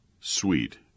sweet